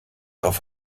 auf